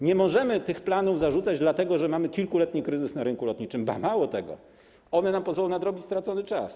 Nie możemy tych planów zarzucać dlatego, że mamy kilkuletni kryzys na rynku lotniczym, Ba, mało tego, one nam pozwolą nadrobić stracony czas.